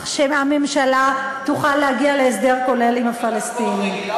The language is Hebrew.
שהממשלה תוכל להגיע להסדר כולל עם הפלסטינים.